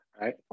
right